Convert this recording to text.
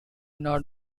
not